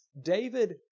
David